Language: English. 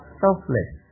selfless